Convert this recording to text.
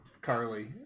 Carly